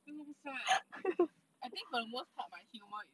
为什么不算 I think for the most part my humour is